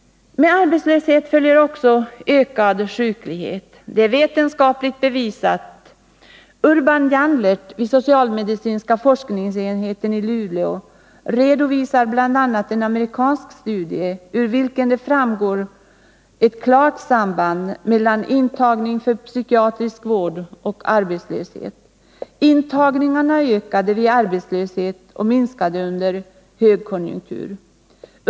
Med arbetslöshet följer också ökad sjuklighet. Det är vetenskapligt bevisat. Urban Janlert vid socialmedicinska forskningsenheten i Luleå redovisar bl.a. en amerikansk studie, av vilken framgår att det finns ett klart samband mellan intagning för psykiatrisk vård och arbetslöshet. Intagningarna ökade vid arbetslöshet och minskade under högkonjunktur.